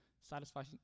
satisfying